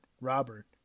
Robert